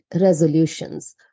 resolutions